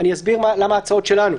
אסביר מהן ההצעות שלנו.